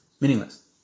meaningless